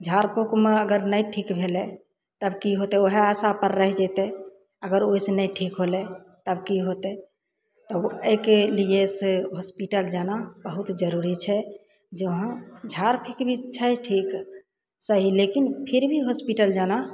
झाड़ फूकमे अगर नहि ठीक भेलय तब कि होतय वएह आशा पर रही जेतय अगर ओइसँ नहि ठीक होलय तब कि होतय तब अइके लिए से हॉस्पिटल जाना बहुत जरुरी छै जहाँ झाड़ फूक भी छै ठीक सही लेकिन फिर भी हॉस्पिटल जाना